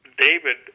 David